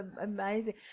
amazing